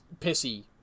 pissy